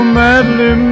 madly